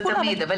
זה תמיד,